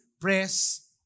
press